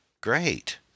Great